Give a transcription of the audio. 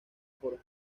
por